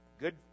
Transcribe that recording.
good